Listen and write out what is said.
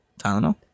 Tylenol